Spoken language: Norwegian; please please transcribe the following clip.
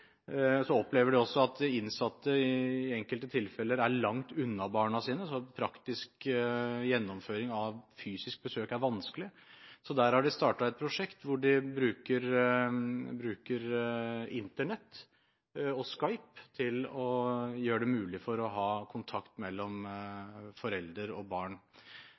innsatte i enkelte tilfeller er langt unna barna sine, slik at praktisk gjennomføring av fysisk besøk er vanskelig. Der har de startet et prosjekt hvor de bruker Internett og Skype til å gjøre det mulig å ha kontakt mellom forelder og barn.